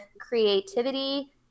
creativity